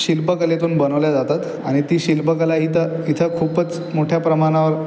शिल्पकलेतून बनवल्या जातात आणि ती शिल्पकला ही तर इथं खूपच मोठ्या प्रमाणावर